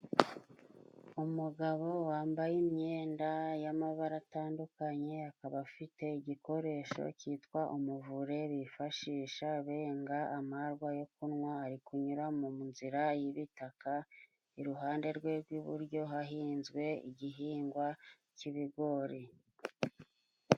Umugabo wambaye imyenda y'amabara atandukanye akaba afite igikoresho kitwa umuvure bifashisha benga amarwa yo kunywa, ari kunyura mu nzira y'ibitaka iruhande rwe rw'iburyo hahinzwe igihingwa k'ibigori.